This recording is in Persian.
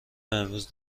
امروز